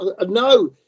no